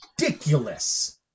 Ridiculous